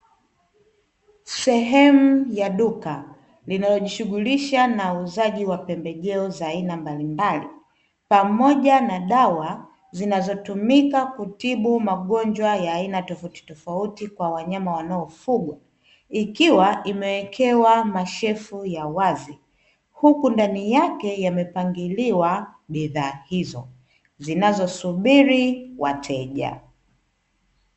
Sehemu ya duka linalojishughulisha na uuzaji wa pembejeo za aina mbalimbali pamoja na dawa zinazotumika kutibu magonjwa ya aina tofautitofauti kwa wanyama wanaofugwa, ikiwa imewekewa mashelfu ya wazi huku ndani yake yamepangiliwa bidhaa hizo zinazosubiri wateja.